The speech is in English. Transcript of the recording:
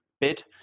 bid